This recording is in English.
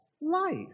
life